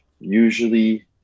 usually